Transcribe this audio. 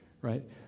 right